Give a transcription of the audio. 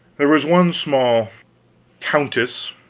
there was one small countess,